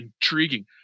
intriguing